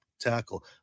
tackle